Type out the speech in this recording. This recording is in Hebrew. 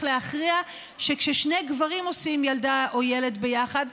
להכריע שכששני גברים עושים ילדה או ילד ביחד,